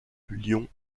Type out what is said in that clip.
lion